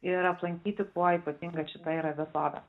ir aplankyti kuo ypatinga šita yra vietovė